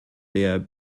der